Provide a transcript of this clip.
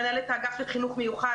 מנהלת האגף לחינוך מיוחד,